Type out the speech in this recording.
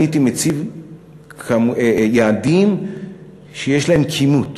אני הייתי מציב יעדים שיש להם כימות.